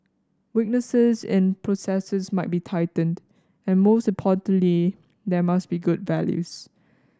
weaknesses in processes must be tightened and most importantly there must be good values